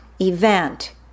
event